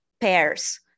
pairs